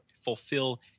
fulfill